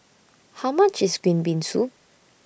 How much IS Green Bean Soup